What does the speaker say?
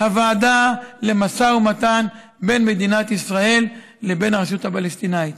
הוועדה למשא ומתן בין מדינת ישראל לבין הרשות הפלסטינית.